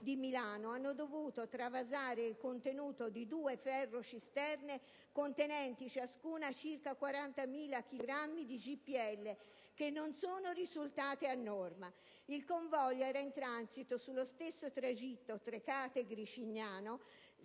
di Milano, hanno dovuto travasare il contenuto di due ferrocisterne, contenenti ciascuna circa 40.000 chilogrammi di GPL che non sono risultati a norma. Il convoglio era in transito sullo stesso tragitto Trecate-Gricignano